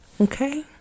Okay